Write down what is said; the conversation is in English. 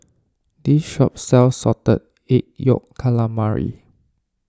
this shop sells Salted Egg Yolk Calamari